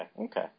okay